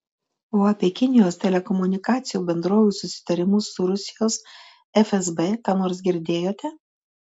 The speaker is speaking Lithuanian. o apie kinijos telekomunikacijų bendrovių susitarimus su rusijos fsb ką nors girdėjote